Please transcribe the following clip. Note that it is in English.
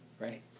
Right